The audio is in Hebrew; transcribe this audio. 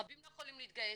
רבים לא יכולים להתגייס,